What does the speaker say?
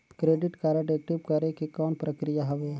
Credit card active करे के कौन प्रक्रिया हवे?